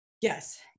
Yes